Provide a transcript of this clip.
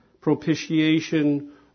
Propitiation